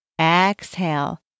Exhale